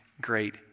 great